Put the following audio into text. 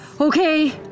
Okay